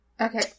Okay